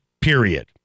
Period